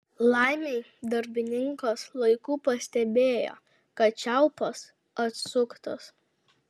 laimei darbininkas laiku pastebėjo kad čiaupas atsuktas